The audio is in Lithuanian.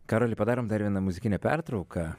karoli padarom dar vieną muzikinę pertrauką